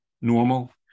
normal